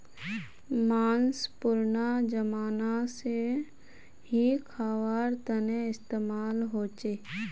माँस पुरना ज़माना से ही ख्वार तने इस्तेमाल होचे